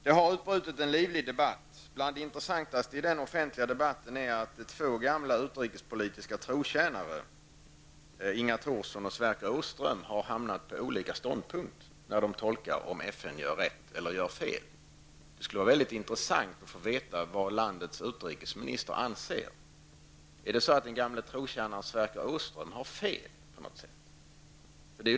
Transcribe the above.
Det har utbrutit en livlig offentlig debatt, och bland det intressantaste i den debatten är att två gamla utrikespolitiska trotjänare -- Inga Thorsson och Sverker Åström -- har hamnat på olika ståndpunkt i sin tolkning av huruvida FN gör rätt eller fel. Det skulle vara mycket intressant att få veta vad landets utrikesminister anser. Har den gamle trotjänaren Sverker Åström fel på något sätt?